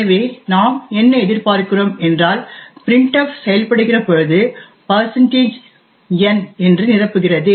எனவே நாம் என்ன எதிர்பார்க்கிறோம் என்றால் printf செயல்படுகிற பொழுது n என்று நிரப்புகிறது